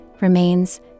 remains